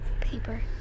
Paper